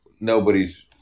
Nobody's